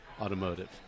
automotive